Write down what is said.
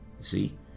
See